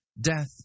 Death